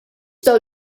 dawn